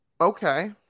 Okay